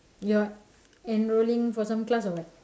you're enrolling for some class or what